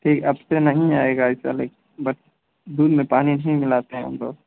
ठीक अब से नहीं आएगा ऐसा लेकिन बट दूध में पानी नहीं मिलाते हैं हम लोग